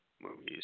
movies